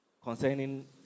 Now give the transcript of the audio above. Concerning